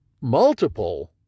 multiple